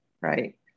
right